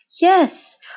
Yes